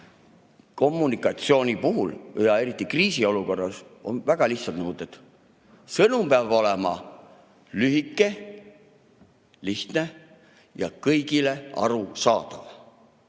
Kommunikatsiooni puhul, eriti kriisiolukorras, on väga lihtsad nõuded: sõnum peab olema lühike, lihtne ja kõigile arusaadav.